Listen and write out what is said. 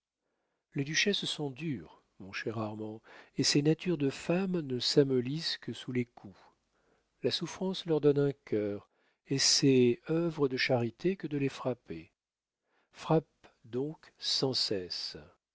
les duchesses sont dures mon cher armand et ces natures de femme ne s'amollissent que sous les coups la souffrance leur donne un cœur et c'est œuvre de charité que de les frapper frappe donc sans cesse